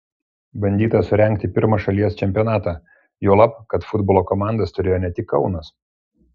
bandyta surengti pirmą šalies čempionatą juolab kad futbolo komandas turėjo ne tik kaunas